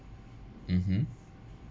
mmhmm